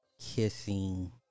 kissing